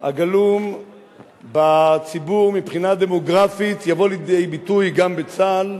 הגלום בציבור מבחינה דמוגרפית יבוא לידי ביטוי גם בצה"ל,